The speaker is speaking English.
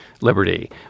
liberty